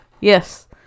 Yes